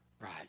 right